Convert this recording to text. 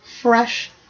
fresh